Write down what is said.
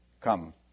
Come